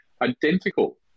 identical